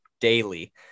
daily